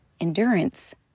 Endurance